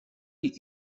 die